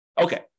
Okay